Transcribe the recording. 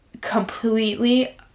completely